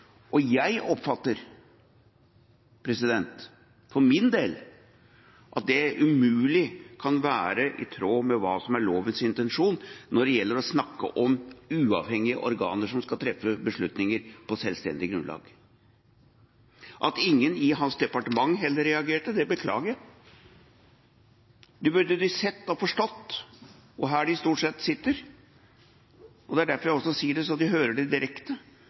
og jeg oppfatter for min del at det umulig kan være i tråd med hva som er lovens intensjon når det gjelder å snakke om uavhengige organer som skal treffe beslutninger på selvstendig grunnlag. At heller ingen i hans departement reagerte, beklager jeg. Det burde de sett og forstått, her de stort sett sitter, og det er derfor jeg også sier det, så de hører det direkte: